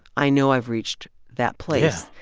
i know i've reached that place.